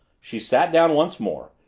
she sat down once more,